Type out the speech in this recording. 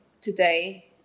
today